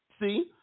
See